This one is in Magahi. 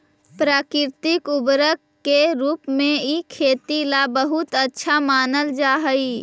प्राकृतिक उर्वरक के रूप में इ खेती ला बहुत अच्छा मानल जा हई